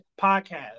podcast